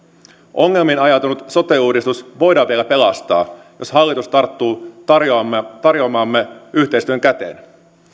ongelmiin ajautunut sote uudistus voidaan vielä pelastaa jos hallitus tarttuu tarjoamaamme yhteistyön käteen